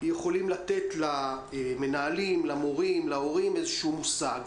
שיכולים לתת למנהלים, למורים ולהורים איזשהו מושג.